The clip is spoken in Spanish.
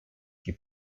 que